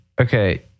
okay